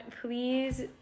please